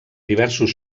diversos